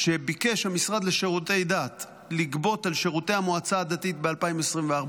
שביקש המשרד לשירותי דת לגבות על שירותי המועצה הדתית ב-2024.